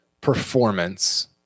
performance